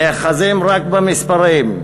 נאחזים רק במספרים,